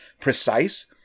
precise